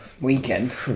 Weekend